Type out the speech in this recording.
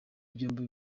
byombi